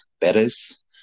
Perez